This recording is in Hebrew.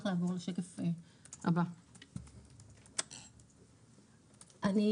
(שקף: בדיקת עסקאות ומיזוגים).